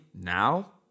now